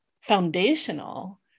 foundational